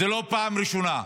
זו לא פעם ראשונה,